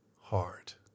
heart